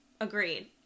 Agreed